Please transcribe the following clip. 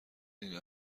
این